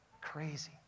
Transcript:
Crazy